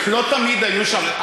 לא תמיד היו שם.